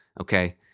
okay